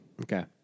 Okay